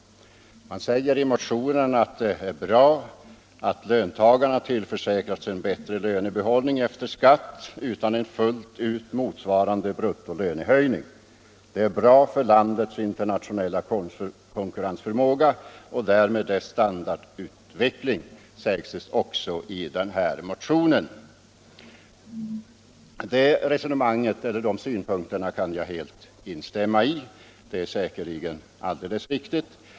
Man säger i motionen a't det är bra att löntagarna tillförsäkras en bättre lönebehållning efter skatt utan en fullt ut motsvarande bruttolönehöjning. Det är bra för landets internationella konkurrensförmåga och därmed dess standardu'veckling, sägs det också i den här motionen. De synpunkterna kan jag helt instämma i. De är säkerligen alldeles riktiga.